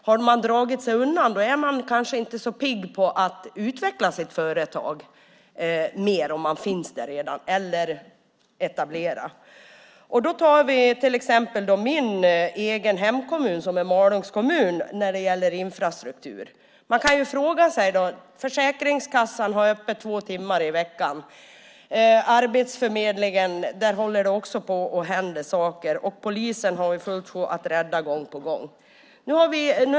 Har de dragit sig undan är man kanske inte så pigg på att utveckla sitt företag, om företaget finns där redan, eller att etablera sig där. Jag kan som exempel ta min egen hemkommun, Malung, när det gäller infrastruktur. Försäkringskassan har öppet två timmar i veckan. På arbetsförmedlingen håller det också på att hända saker. Och polisen har vi fullt sjå med att rädda gång på gång.